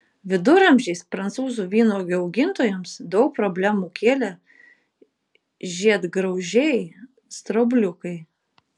viduramžiais prancūzų vynuogių augintojams daug problemų kėlė žiedgraužiai straubliukai